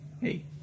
Hey